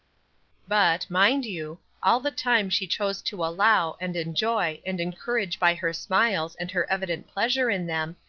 but, mind you, all the time she chose to allow, and enjoy, and encourage by her smiles and her evident pleasure in them,